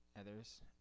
others